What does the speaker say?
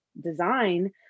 design